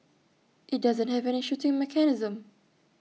IT doesn't have any shooting mechanism